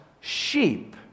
sheep